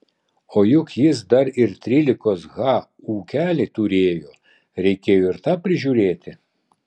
o juk jis dar ir trylikos ha ūkelį turėjo reikėjo ir tą prižiūrėti